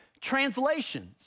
translations